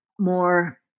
more